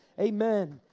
amen